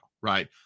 Right